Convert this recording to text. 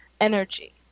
energy